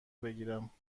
بگیرم